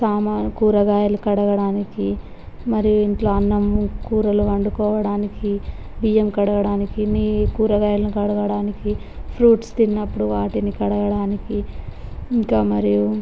సామాను కూరగాయలు కడగడానికి మరియు ఇంట్లో అన్నము కూరలు వండుకోవడానికి బియ్యం కడగడానికి కూరగాయలు కడగడానికి ఫ్రూట్స్ తిన్నప్పుడు వాటిని కడగడానికి ఇంకా మరియు